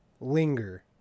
linger